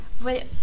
Wait